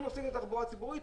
אנחנו נוסעים בתחבורה הציבורית,